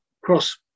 cross